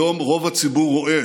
היום רוב הציבור רואה